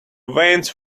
veins